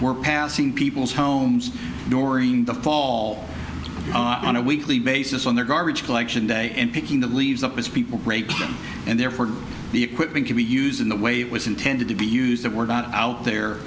we're passing people's homes during the fall on a weekly basis on their garbage collection day and picking the leaves up as people break them and therefore the equipment can be used in the way it was intended to be used that we're not out there